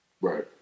right